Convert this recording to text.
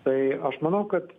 tai aš manau kad